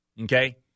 Okay